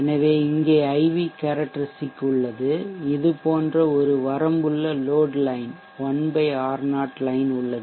எனவே இங்கே IV characteristic உள்ளது இது போன்ற ஒரு வரம்புள்ள லோட்லைன் 1 R0 லைன் உள்ளது